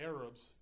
Arabs